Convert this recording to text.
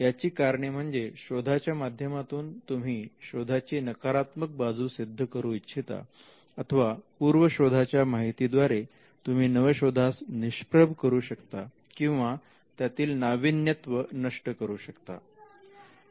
याची कारणे म्हणजे शोधाच्या माध्यमातून तुम्ही शोधाची नकारात्मक बाजू सिद्ध करू इच्छिता अथवा पूर्व शोधाच्या माहितीद्वारे तुम्ही नवशोधास निष्प्रभ करू शकता किंवा त्यातील नाविन्यत्व नष्ट करू शकता